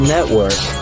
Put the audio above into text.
Network